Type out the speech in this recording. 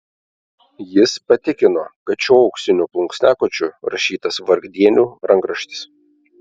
jis patikino kad šiuo auksiniu plunksnakočiu rašytas vargdienių rankraštis